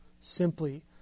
simply